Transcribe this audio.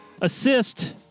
Assist